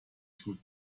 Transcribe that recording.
two